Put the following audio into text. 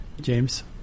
James